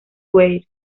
weir